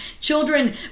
children